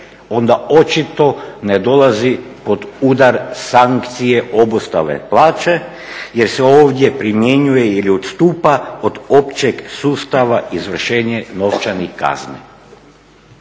onda očito ne dolazi pod udar sankcije obustave plaće jer se ovdje primjenjuje ili odstupa od općeg sustava izvršenje novčanih kazni.